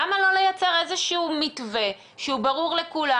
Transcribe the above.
למה לא לייצר איזה שהוא מתווה שהוא ברור לכולם,